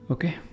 Okay